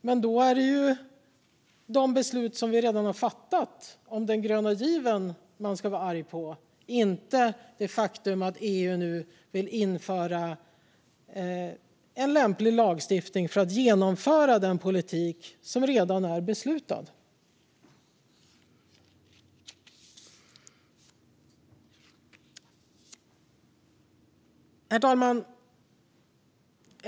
Men då är det ju de beslut om den gröna given vi redan har fattat som man ska vara arg på, inte det faktum att EU nu vill införa lämplig lagstiftning för att genomföra den politik som redan är beslutad. Herr talman!